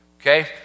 okay